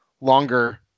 longer